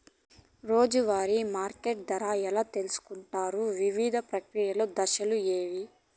రోజూ వారి మార్కెట్ ధర ఎలా తెలుసుకొంటారు వివిధ ప్రక్రియలు దశలు ఏవి?